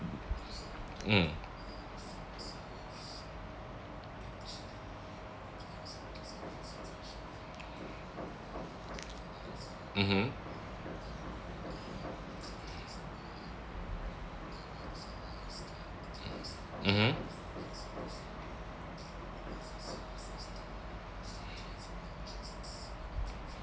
mm mmhmm mmhmm